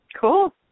Cool